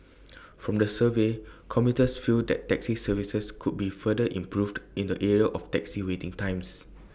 from the survey commuters feel that taxi services could be further improved in the area of taxi waiting times